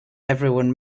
everyone